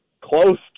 close